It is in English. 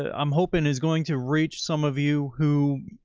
ah i'm hoping is going to reach some of you who.